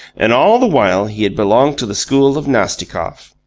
and all the while he had belonged to the school of nastikoff.